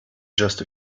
just